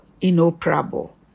inoperable